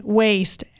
waste